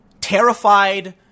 terrified